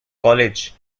college